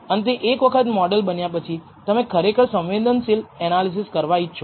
અંતે એક વખત મોડલ બન્યા પછી તમે ખરેખર સંવેદનશીલ એનાલિસિસ કરવા ઇચ્છો